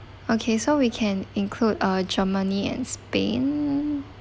okay so we can include uh germany and spain